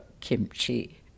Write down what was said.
kimchi